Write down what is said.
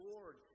Lord